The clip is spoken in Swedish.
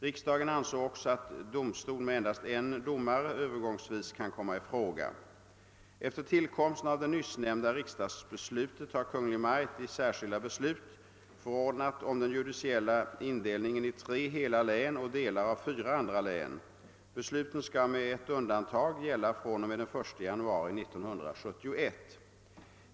Riksdagen ansåg också att domstol med endast en domare övergångsvis kan komma i fråga. Efter tillkomsten av det nyssnämnda riksdagsbeslutet har Kungl. Maj:t i särskilda beslut förordnat om den judiciella indelningen i tre hela län och delar av fyra andra län. Besluten skall med ett undantag gälla fr.o.m. den 1 januari 1971.